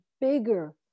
bigger